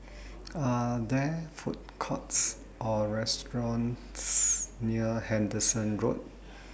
Are There Food Courts Or restaurants near Henderson Road